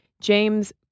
James